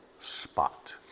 spot